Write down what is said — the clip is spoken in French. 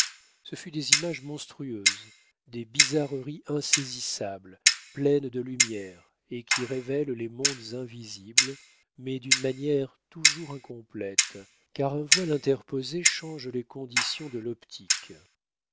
ce fut des images monstrueuses des bizarreries insaisissables pleines de lumière et qui révèlent les mondes invisibles mais d'une manière toujours incomplète car un voile interposé change les conditions de l'optique